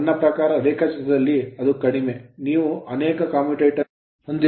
ನನ್ನ ಪ್ರಕಾರ ರೇಖಾಚಿತ್ರದಲ್ಲಿ ಅದು ಕಡಿಮೆ ನೀವು ಅನೇಕ commutator ಕಮ್ಯೂಟರೇಟರ್ ಹೊಂದಿರುತ್ತೀರಿ